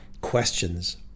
questions